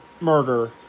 murder